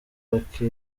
lucky